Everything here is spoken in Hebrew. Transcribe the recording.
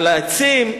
על העצים,